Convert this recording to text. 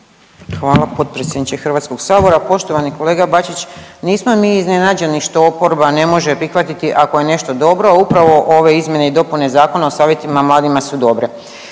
Hvala potpredsjedniče Hrvatskog sabora. Poštovani kolega Bačić, nismo mi iznenađeni što oporba ne može prihvatiti ako je nešto dobro. Upravo ove izmjene i dopune Zakona o savjetima mladima su dobre,